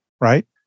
right